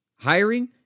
Hiring